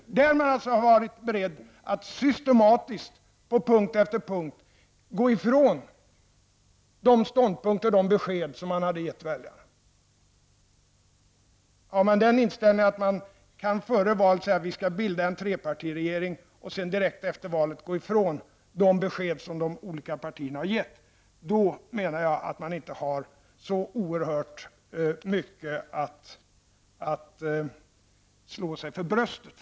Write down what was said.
Därmed har man alltså varit beredd att systematiskt, på punkt efter punkt, gå ifrån de besked som man hade gett väljarna. Har man den inställningen att man före valet kan säga att man skall bilda en trepartiregering, men direkt efter valet kan gå ifrån de besked som de olika partierna har givit, menar jag att man inte har så oerhört stor anledning att slå sig för bröstet.